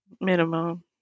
Minimum